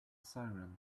siren